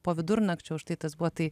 po vidurnakčio štai tas buvo tai